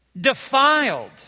defiled